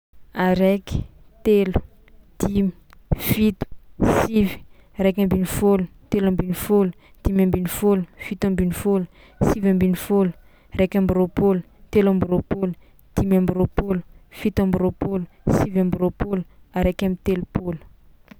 Araiky, telo, dimy, fito, sivy, raiky ambinifôlo, telo ambinifôlo, dimy ambinifôlo, fito ambinifôlo, sivy ambinifôlo, raiky amby roapôlo, telo amby roapôlo, dimy amby roapôlo, fito amby roapôlo, sivy amby roapôlo, araiky amby telopôlo.